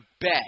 bet